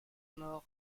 mort